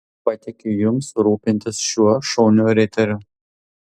patikiu jums rūpintis šiuo šauniu riteriu